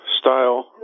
style